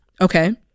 okay